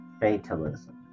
fatalism